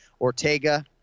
Ortega